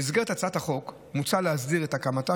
במסגרת הצעת החוק מוצע להסדיר את הקמתה